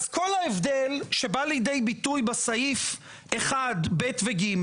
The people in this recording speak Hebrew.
אז כל ההבדל שבא לידי ביטוי בסעיף 1(ב) ו-(ג)